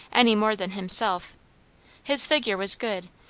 any more than himself his figure was good,